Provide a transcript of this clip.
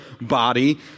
body